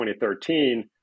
2013